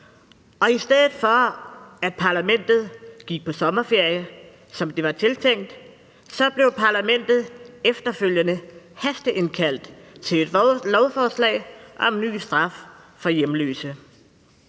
Og i stedet for at parlamentet gik på sommerferie, som det var tiltænkt, blev parlamentet efterfølgende hasteindkaldt til et lovforslag om en ny straf for hjemløse.